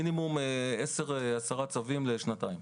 מינימום 10 צווים לשנתיים.